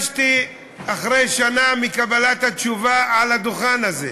ואחרי שנה מקבלת התשובה מעל הדוכן הזה,